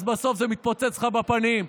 אז בסוף זה מתפוצץ לך בפנים.